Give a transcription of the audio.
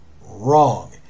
wrong